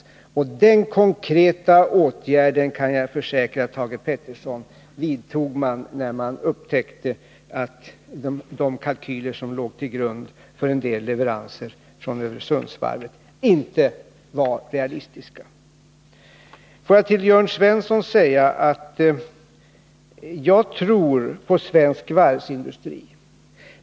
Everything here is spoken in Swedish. Det var också den konkreta åtgärd som vidtogs — det kan jag försäkra Thage Peterson — när man upptäckte att de kalkyler som låg till grund för en del leveranser från Öresundsvarvet inte var realistiska. Låt mig sedan säga till Jörn Svensson att jag tror på svensk varvsindustri.